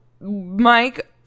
Mike